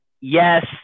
yes